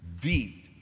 beat